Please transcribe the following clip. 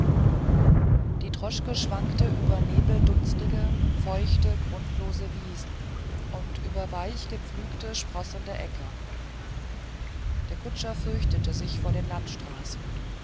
die droschke schwankte über nebeldunstige feuchte grundlose wiesen und über weich gepflügte sprossende äcker der kutscher fürchtete sich vor den landstraßen